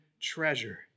treasure